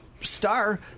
star